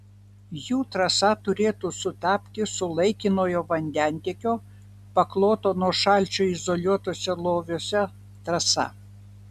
jų trasa turėtų sutapti su laikinojo vandentiekio pakloto nuo šalčio izoliuotuose loviuose trasa